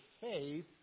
faith